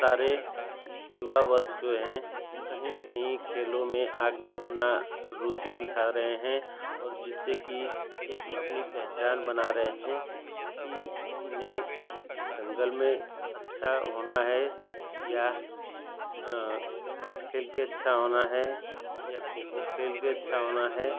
सारे युवा वर्ग जो हैं कहीं न कहीं खेलों में आकर अपनी रुचि दिखा रहे हैं और जिससे कि एक अपनी पहचान बना रहे हैं कि इन्हें दंगल में अच्छा होना है या क्रिकेट खेलकर अच्छा होना है या खो खो खेलकर अच्छा होना है